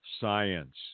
Science